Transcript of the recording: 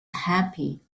happy